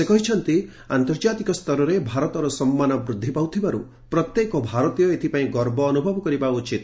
ସେ କହିଛନ୍ତି ଆନ୍ତର୍ଜାତିକ ସ୍ତରରେ ଭାରତର ସମ୍ମାନ ବୃଦ୍ଧି ପାଉଥିବାରୁ ପ୍ରତ୍ୟେକ ଭାରତୀୟ ଏଥିପାଇଁ ଗର୍ବ ଅନୁଭବ କରିବା ଉଚିତ